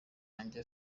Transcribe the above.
wanjye